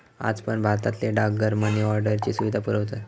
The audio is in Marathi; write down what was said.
आज पण भारतातले डाकघर मनी ऑर्डरची सुविधा पुरवतत